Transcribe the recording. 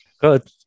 Good